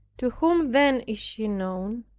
to whom then is she known,